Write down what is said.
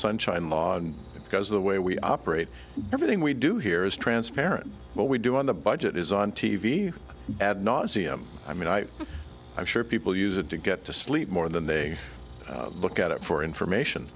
sunshine law and because of the way we operate everything we do here is transparent what we do on the budget is on t v ad nauseum i mean i i'm sure people use it to get to sleep more than they look at it for information